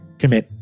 commit